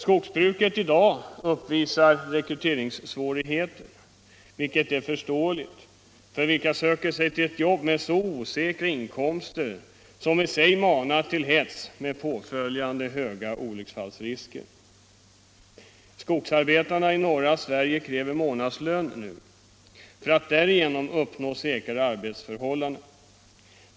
Skogsbruket av i dag uppvisar rekryteringssvårigheter, vilket är förståeligt — för vilka söker sig till ett arbete med så osäkra inkomster, som i sig manar till hets med påföljande stora olycksfallsrisker? Skogsarbetarna i norra Sverige kräver månadslön nu för att därigenom uppnå säkrare arbetsförhållanden.